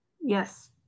Yes